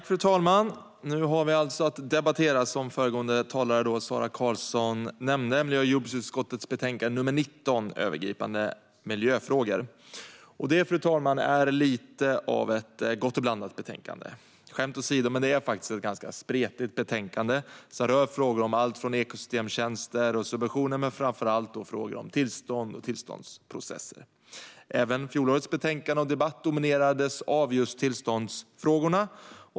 Fru talman! Nu har vi alltså att debattera, som föregående talare Sara Karlsson nämnde, miljö och jordbruksutskottets betänkande nr 19, Övergripande miljöfrågor . Det, fru talman, är lite av ett gott-och-blandat-betänkande. Skämt åsido är det ett ganska spretigt betänkande som rör frågor om ekosystemtjänster och subventioner men framför allt frågor om tillstånd och tillståndsprocesser. Även fjolårets betänkande och debatt dominerades av just tillståndsfrågorna.